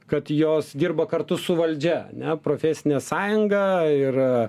kad jos dirba kartu su valdžia ane profesinė sąjunga ir